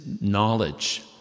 knowledge